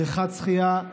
בריכת שחייה,